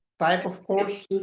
type of course.